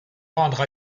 rendre